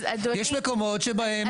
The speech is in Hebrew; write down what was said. יש מקומות שבהם כן זה המצב.